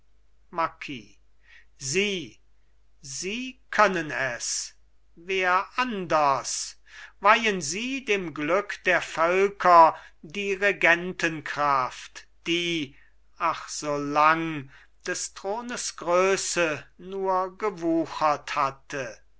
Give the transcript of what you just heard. marquis sie sie können es wer anders weihen sie dem glück der völker die regentenkraft die ach so lang des thrones größe nur gewuchert hatte